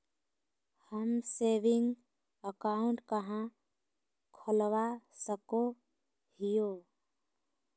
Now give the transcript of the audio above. हम saving account कहाँ खोलवा सको हियै?